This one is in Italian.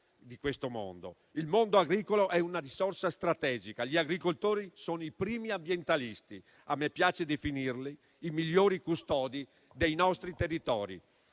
Il mondo agricolo è una risorsa strategica; gli agricoltori sono i primi ambientalisti: a me piace definirli i migliori custodi dei nostri territori.